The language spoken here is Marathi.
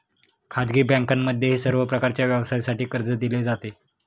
खाजगी बँकांमध्येही सर्व प्रकारच्या व्यवसायासाठी कर्ज दिले जाते